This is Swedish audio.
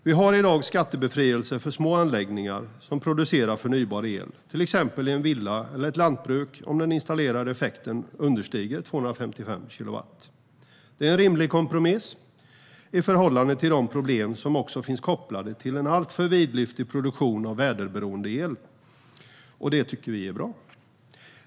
Vi har i dag skattebefrielse för små anläggningar som producerar förnybar el, till exempel i en villa eller ett lantbruk om den installerade effekten understiger 255 kilowatt. Det är en rimlig kompromiss i förhållande till de problem som också finns kopplade till en alltför vidlyftig produktion av väderberoende el, och det tycker vi är bra.